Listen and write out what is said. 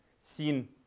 seen